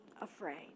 afraid